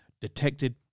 detected